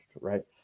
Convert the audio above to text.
Right